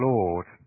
Lord